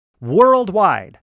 worldwide